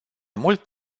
mult